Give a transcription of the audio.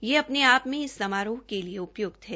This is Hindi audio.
ये अपने आप मे इस समारोह के लिए उपयुक्त है